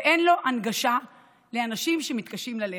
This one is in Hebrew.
ואין לו הנגשה לאנשים שמתקשים ללכת.